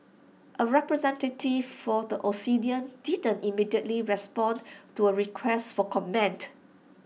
A representative for the Obsidian didn't immediately respond to A request for comment